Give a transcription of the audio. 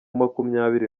makumyabiri